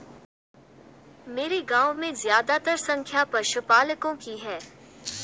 मेरे गांव में ज्यादातर संख्या पशुपालकों की है